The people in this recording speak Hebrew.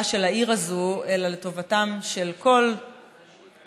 של העיר הזו אלא לטובתם של כל תושבות